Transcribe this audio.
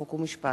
חוק ומשפט.